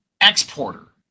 exporter